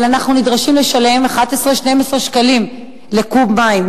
אבל אנחנו נדרשים לשלם 11 12 שקלים לקוב מים.